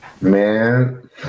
man